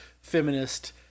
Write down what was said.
feminist